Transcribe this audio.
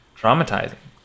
traumatizing